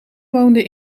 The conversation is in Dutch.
woonden